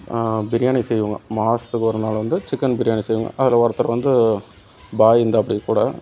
பிரியாணி செய்வோங்க மாதத்துக்கு ஒரு நாள் வந்து சிக்கன் பிரியாணி செய்வோங்க அதில் ஒருத்தர் வந்து பாய் இந்தாப்படி கூட